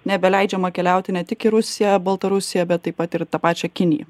nebeleidžiama keliauti ne tik į rusiją baltarusiją bet taip pat ir į tą pačią kiniją